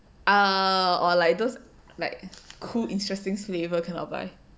uh or like those like cool interesting flavour kind I'll buy